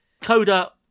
Coda